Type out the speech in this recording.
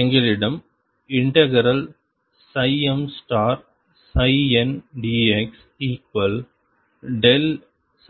எங்களிடம் ∫mndxmn உள்ளது